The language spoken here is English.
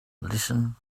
listen